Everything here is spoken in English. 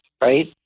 right